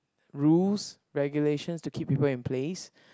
rules regulations to keep people in place